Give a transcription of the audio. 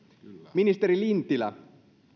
ministeri lintilä